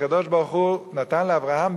הקדוש-ברוך-הוא נתן לאברהם,